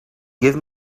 give